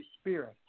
Spirit